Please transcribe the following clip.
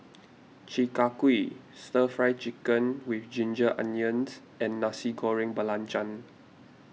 Chi Kak Kuih Stir Fry Chicken with Ginger Onions and Nasi Goreng Belacan